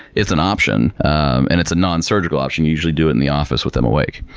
it's an option and it's a nonsurgical option. you usually do it in the office with them awake.